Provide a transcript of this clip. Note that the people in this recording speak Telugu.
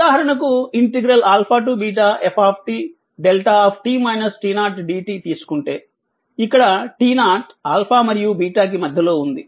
ఉదాహరణకు f δ dt తీసుకుంటే ఇక్కడ t0 మరియు కి మధ్యలో ఉంది